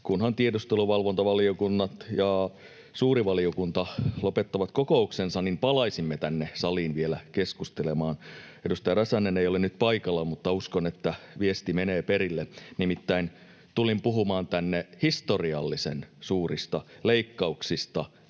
kunhan tiedusteluvalvontavaliokunta ja suuri valiokunta lopettavat kokouksensa, niin palaisimme tänne saliin vielä keskustelemaan. Edustaja Räsänen ei ole nyt paikalla, mutta uskon, että viesti menee perille. Nimittäin tulin puhumaan tänne historiallisen suurista leikkauksista,